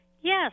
Yes